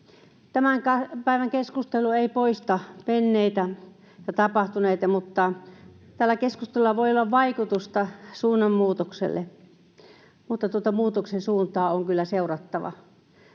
Tämän päivän keskustelu ei poista menneitä ja tapahtuneita, mutta tällä keskustelulla voi olla vaikutusta suunnanmuutokselle. Mutta tuota muutoksen suuntaa on kyllä seurattava,